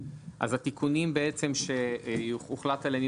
אז התיקונים שהוחלט עליהם,